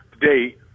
today